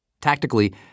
Tactically